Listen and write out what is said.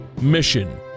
Mission